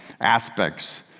aspects